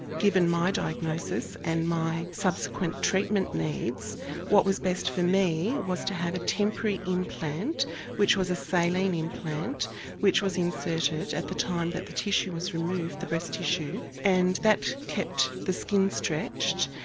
given my diagnosis and my subsequent treatment needs what was best for me was to have a temporary implant which was a saline implant which was inserted at the time that the tissue was removed, the breast tissue, and that kept the skin stretched.